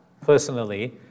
personally